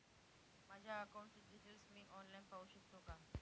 माझ्या अकाउंटचे डिटेल्स मी ऑनलाईन पाहू शकतो का?